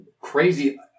crazy